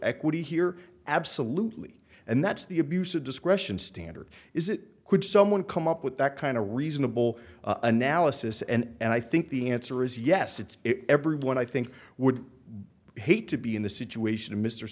equity here absolutely and that's the abuse of discretion standard is it could someone come up with that kind of a reasonable analysis and i think the answer is yes it's everyone i think would be hate to be in the situation